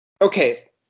Okay